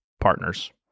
partners